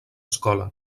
escola